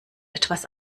etwas